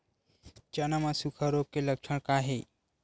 चना म सुखा रोग के लक्षण का हे?